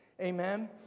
Amen